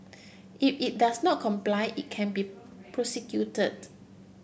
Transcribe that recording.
if it does not comply it can be prosecuted